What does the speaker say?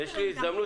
ויש לי הזדמנות,